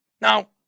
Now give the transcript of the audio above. Now